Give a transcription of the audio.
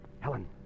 Helen